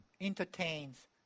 entertains